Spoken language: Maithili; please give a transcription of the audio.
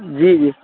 जी जी